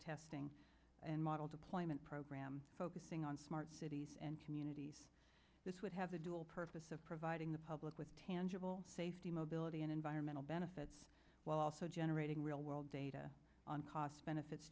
testing and model deployment program focusing on smart cities and communities this would have a dual purpose of providing the public with tangible safety mobility and environmental benefits while also generating real world data on cost benefits